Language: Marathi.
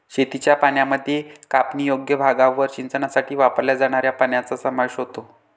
शेतीच्या पाण्यामध्ये कापणीयोग्य भागावर सिंचनासाठी वापरल्या जाणाऱ्या पाण्याचा समावेश होतो